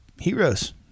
heroes